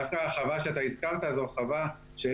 דווקא החווה שאתה הזכרת זו חווה שיש